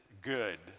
good